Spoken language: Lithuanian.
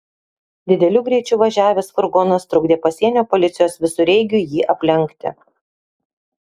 dideliu greičiu važiavęs furgonas trukdė pasienio policijos visureigiui jį aplenkti